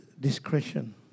discretion